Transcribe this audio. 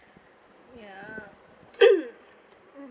ya